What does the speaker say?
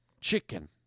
chicken